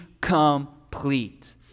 complete